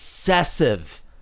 Obsessive